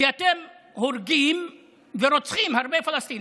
כי אתם הורגים ורוצחים הרבה פלסטינים.